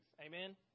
Amen